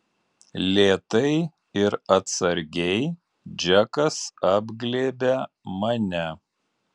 lėtai ir atsargiai džekas apglėbia mane